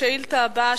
השאילתא הבאה,